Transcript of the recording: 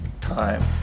time